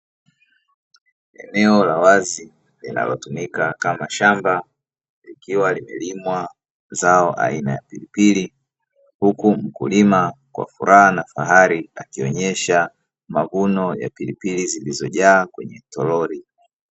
Eneo la wazi linalotumika kama shamba likiwa limelimwa zao aina ya pilipili, huku mkulima kwa furaha na fahari akionyesha mavuno ya pilipili zilizojaa kwenye toroli.